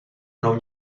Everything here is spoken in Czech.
mnou